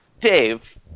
Dave